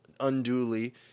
unduly